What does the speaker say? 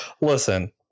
Listen